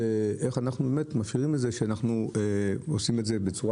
איך אנחנו מאפשרים את זה שאנחנו עושים את זה בצורה